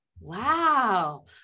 wow